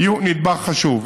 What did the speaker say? יהיו נדבך חשוב.